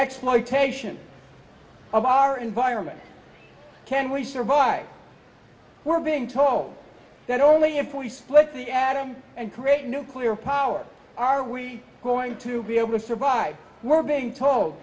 exploitation of our environment can we survive we're being told that only in four you split the atom and create nuclear power are we going to be able to survive we're being told